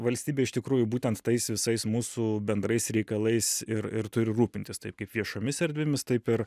valstybė iš tikrųjų būtent tais visais mūsų bendrais reikalais ir ir turi rūpintis taip kaip viešomis erdvėmis taip ir